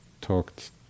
talked